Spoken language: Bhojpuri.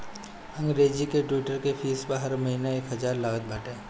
अंग्रेजी के ट्विटर के फ़ीस हर महिना एक हजार लागत बाटे